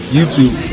YouTube